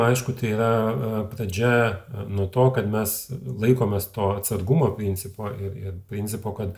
aišku tai yra a pradžia nu nuo to kad mes laikomės to atsargumo principo ir principo kad